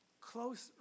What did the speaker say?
close